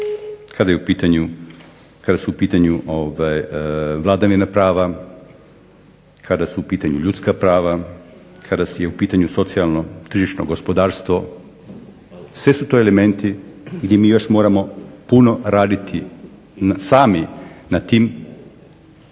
kada su u pitanju vladavine prava, kada su u pitanju ljudska prava, kada je u pitanju socijalno-tržišno gospodarstvo, sve su to elementi gdje mi još moramo puno raditi sami na tim